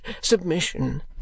submission